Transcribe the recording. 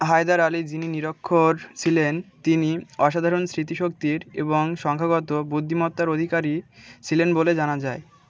হায়দার আলী যিনি নিরক্ষর ছিলেন তিনি অসাধারণ স্মৃতিশক্তির এবং সংখ্যাগত বুদ্ধিমত্তার অধিকারী ছিলেন বলে জানা যায়